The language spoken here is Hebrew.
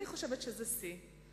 אני חושבת שזה שיא.